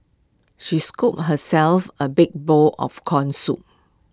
she scooped herself A big bowl of Corn Soup